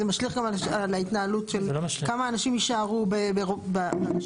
זה משליך גם על ההתנהלות של כמה אנשים יישארו ברשימות.